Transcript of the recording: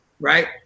Right